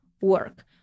work